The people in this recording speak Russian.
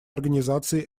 организации